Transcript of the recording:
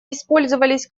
использовались